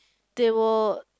they were